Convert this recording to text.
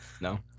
no